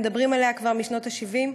מדברים עליה כבר משנות ה-70,